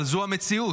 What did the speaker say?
אבל זו המציאות.